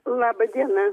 laba diena